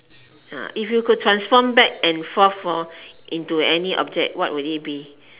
if you can transform back and forth forth into any object what would it be